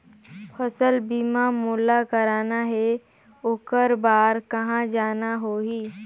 फसल बीमा मोला करना हे ओकर बार कहा जाना होही?